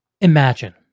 Imagine